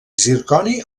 zirconi